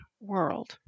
world